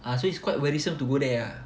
ah so it's quite worrisome to go there ah